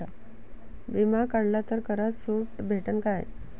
बिमा काढला तर करात सूट भेटन काय?